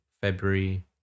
February